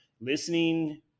listening